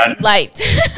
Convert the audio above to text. light